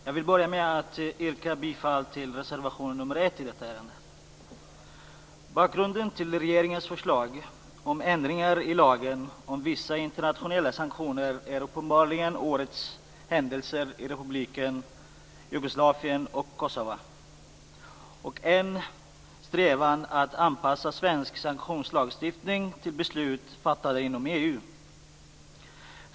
Fru talman! Jag vill börja med att yrka bifall till reservation nr 1 i detta ärende. Bakgrunden till regeringens förslag om ändringar i lagen om vissa internationella sanktioner är uppenbarligen årets händelser i Republiken Jugoslavien och Kosova och en strävan att anpassa svensk sanktionslagstiftning till beslut fattade inom EU.